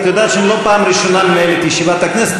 את יודעת שאני לא פעם ראשונה מנהל את ישיבת הכנסת,